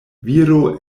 viro